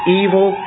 evil